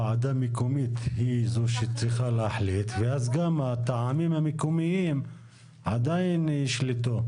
ועדה מקומית היא זו שצריכה להחליט ואז גם הטעמים המקומיים עדיין ישלטו.